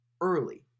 early